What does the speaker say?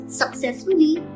successfully